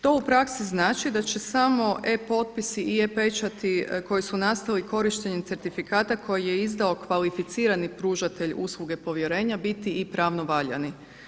To u praksi znači da će samo e-potpisi i e-pečati koji su nastali korištenjem certifikata koji je izdao kvalificirani pružatelj usluge povjerenja biti pravno valjani.